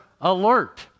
alert